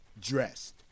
dressed